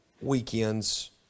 weekends